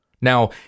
Now